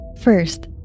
First